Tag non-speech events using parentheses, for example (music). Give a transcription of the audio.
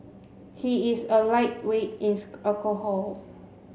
he is a lightweight in (unintelligible) alcohol